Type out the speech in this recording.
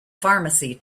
pharmacy